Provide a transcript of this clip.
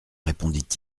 répondit